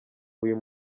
uyu